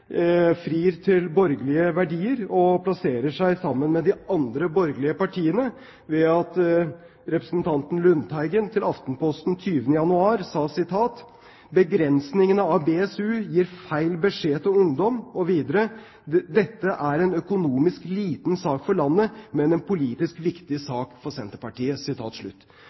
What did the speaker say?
frir til borgerlige verdier og plasserer seg sammen med de andre borgerlige partiene, ved at representanten Lundteigen den 20. januar sa til Aftenposten: «Begrensningene av BSU gir feil beskjed til ungdom.» Og videre: «Dette er en økonomisk liten sak for landet, men en politisk viktig sak for Senterpartiet.»